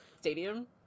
stadium